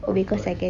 or because I can